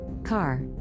Car